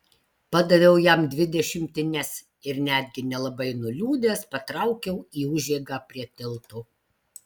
padaviau jam dvi dešimtines ir netgi nelabai nuliūdęs patraukiau į užeigą prie tilto